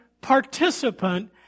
participant